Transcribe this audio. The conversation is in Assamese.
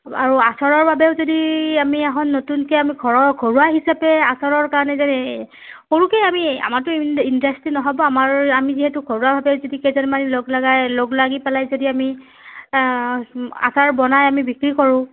আৰু আচাৰৰ বাবেও যদি আমি এখন নতুনকৈ আমি ঘৰ ঘৰুৱা হিচাপে আচাৰৰ কাৰণে যদি সৰুকৈ আমি আমাৰটো ইণ্ডাষ্ট্ৰি নহ'ব আমাৰ আমি যিহেতু ঘৰুৱাভাৱে কেইজনমান লগলগাই লগলাগি পেলাই যদি আমি আচাৰ বনাই আমি বিক্ৰী কৰোঁ